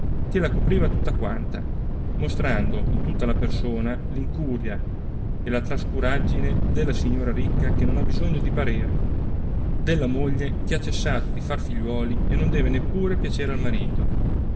che la copriva tutta quanta mostrando in tutta la persona l'incuria e la trascuraggine della signora ricca che non ha bisogno di parere della moglie che ha cessato di far figliuoli e non deve neppure piacere al marito